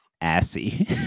Assy